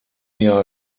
jahr